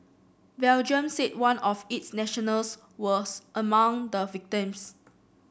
Belgium said one of its nationals was among the victims